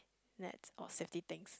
net or safety things